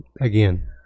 again